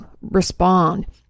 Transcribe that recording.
respond